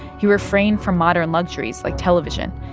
he refrained from modern luxuries like television.